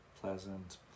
pleasant